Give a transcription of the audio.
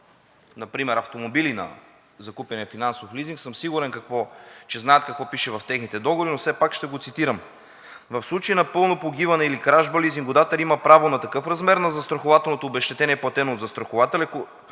например автомобили, закупени на финансов лизинг, съм сигурен, че знаят какво пише в техните договори, но все пак ще го цитирам: „В случай на пълно погиване или кражба лизингодателят има право на такъв размер на застрахователното обезщетение, платено от застрахователя,